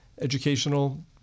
educational